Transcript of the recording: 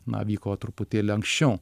na vyko truputėlį anksčiau